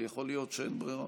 אבל יכול להיות שאין ברירה.